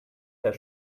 herr